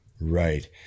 Right